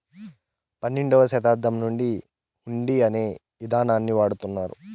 పన్నెండవ శతాబ్దం నుండి హుండీ అనే ఇదానాన్ని వాడుతున్నారు